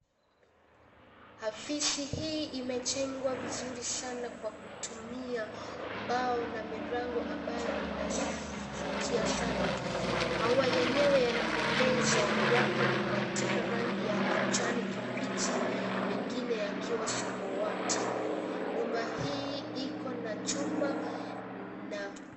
Afisi hii imejengwa vizuri sana kwa kutumia mbao na milango ambayo inavutia sana maua yenyewe yanapendeza yako katika rangi ya kijani kibichi mengine yakiwa samawati nyumba hii ikona chuma na.